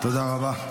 תודה רבה.